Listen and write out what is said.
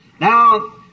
Now